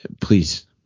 Please